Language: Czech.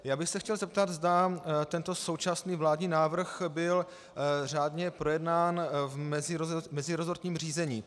Já bych se chtěl zeptat, zda tento současný vládní návrh byl řádně projednán v meziresortním řízení.